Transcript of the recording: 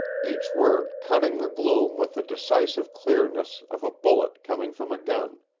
each word cutting the gloom with the decisive clearness of a bullet coming from a gun.